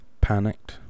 panicked